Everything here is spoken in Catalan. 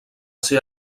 ser